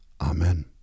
Amen